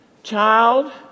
Child